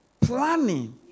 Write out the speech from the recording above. planning